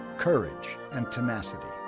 courage and tenacity.